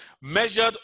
measured